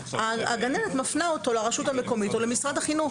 הגננת מפנה אותו לרשות המקומית או למשרד החינוך.